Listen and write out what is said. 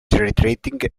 retreating